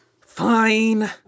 Fine